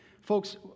Folks